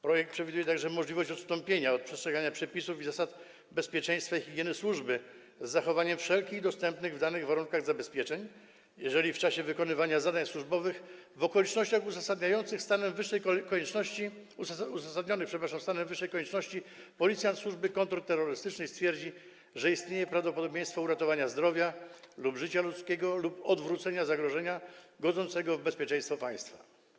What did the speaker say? Projekt przewiduje także możliwość odstąpienia od przestrzegania przepisów i zasad bezpieczeństwa i higieny służby, z zachowaniem wszelkich dostępnych w danych warunkach zabezpieczeń, jeżeli w czasie wykonywania zadań służbowych w okolicznościach uzasadnionych stanem wyższej konieczności policjant służby kontrterrorystycznej stwierdzi, że istnieje prawdopodobieństwo uratowania zdrowia lub życia ludzkiego lub odwrócenia zagrożenia godzącego w bezpieczeństwo państwa.